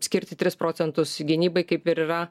skirti tris procentus gynybai kaip ir yra